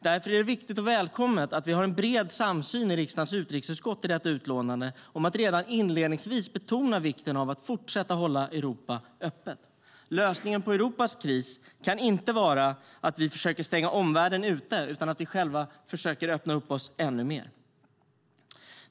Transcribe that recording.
Därför är det viktigt och välkommet att vi i riksdagens utrikesutskott har en bred samsyn i detta utlåtande om att redan inledningsvis betona vikten av att fortsätta hålla Europa öppet. Lösningen på Europas kris kan inte vara att vi försöker stänga omvärlden ute utan i stället att vi själva försöker öppna upp oss ännu mer.